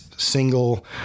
Single